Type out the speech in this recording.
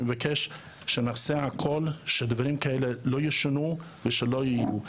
אני מבקש זאת - הכול כדי שדברים כאלה לא יישנו ולא יהיו.